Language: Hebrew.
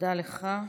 תודה לך,